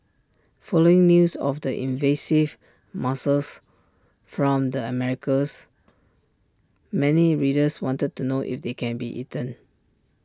following news of the invasive mussel from the Americas many readers wanted to know if they can be eaten